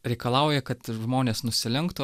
reikalauja kad žmonės nusilenktų